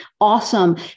awesome